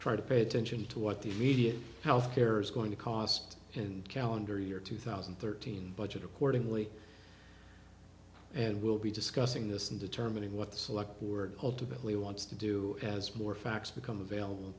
try to pay attention to what the immediate health care is going to cost and calendar year two thousand and thirteen budget accordingly and we'll be discussing this and determining what the select who are ultimately wants to do as more facts become available